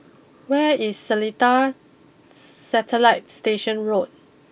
where is Seletar Satellite Station Road